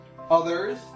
others